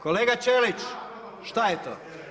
Kolega Čelić, šta je to?